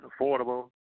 affordable